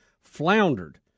floundered